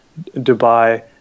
Dubai